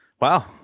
wow